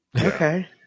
Okay